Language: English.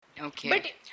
Okay